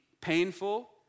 painful